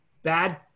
Bad